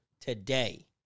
today